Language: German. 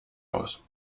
aus